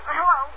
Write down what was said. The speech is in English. Hello